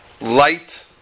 light